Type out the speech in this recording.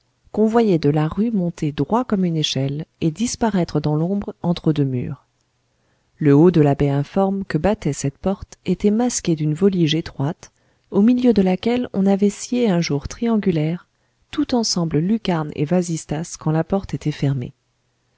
qu'on voyait de la rue monter droit comme une échelle et disparaître dans l'ombre entre deux murs le haut de la baie informe que battait cette porte était masqué d'une volige étroite au milieu de laquelle on avait scié un jour triangulaire tout ensemble lucarne et vasistas quand la porte était fermée